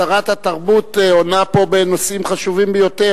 שרת התרבות עונה פה בנושאים חשובים ביותר.